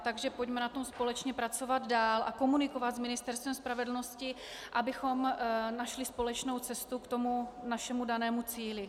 Takže pojďme na tom společně pracovat dál a komunikovat s Ministerstvem spravedlnosti, abychom našli společnou cestu k našemu danému cíli.